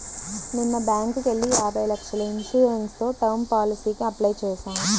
నిన్న బ్యేంకుకెళ్ళి యాభై లక్షల ఇన్సూరెన్స్ తో టర్మ్ పాలసీకి అప్లై చేశాను